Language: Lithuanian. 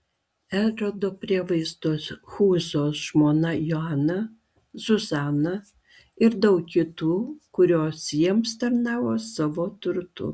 erodo prievaizdo chūzo žmona joana zuzana ir daug kitų kurios jiems tarnavo savo turtu